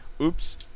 oops